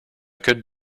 could